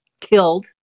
killed